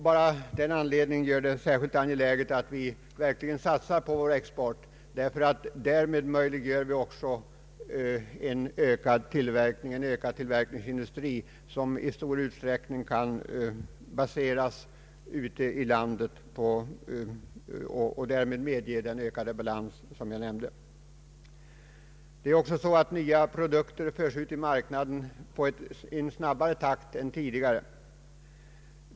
Bara av den anledningen är det särskilt angeläget att vi verkligen satsar på vår export, ty därmed möjliggör vi också en ökad tillverkningsindustri som i stor utsträckning kan baseras ute i landet och därmed medge den ökade balans som jag nämnde. Det förhåller sig också så, att nya produkter förs ut i marknaden i en snabbare takt än tidigare.